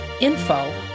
info